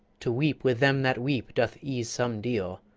to weep with them that weep doth ease some deal,